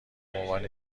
عنوان